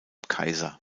kaiser